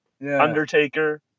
Undertaker